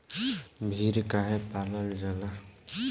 भेड़ काहे पालल जाला?